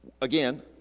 Again